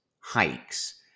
hikes